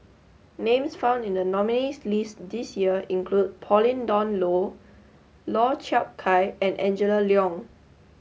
names found in the nominees' list this year include Pauline Dawn Loh Lau Chiap Khai and Angela Liong